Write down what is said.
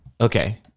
Okay